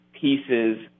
pieces